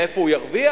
מאיפה הוא ירוויח?